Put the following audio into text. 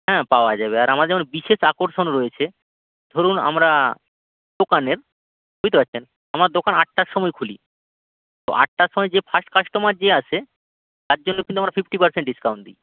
হ্যাঁ পাওয়া যাবে আর আমার যেমন বিশেষ আকর্ষণ রয়েছে ধরুন আমরা দোকানের বুঝতে পারছেন আমার দোকান আটটার সময় খুলি তো আটটার সময় যে ফার্স্ট কাস্টোমার যে আসে তার জন্য কিন্তু আমরা ফিফটি পারসেন্ট ডিসকাউন্ট দিই